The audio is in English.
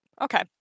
Okay